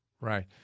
Right